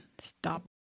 Stop